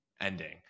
ending